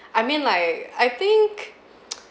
I mean like I think